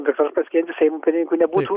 viktoras pranckietis seimo pirmininku nebūtų